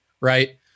Right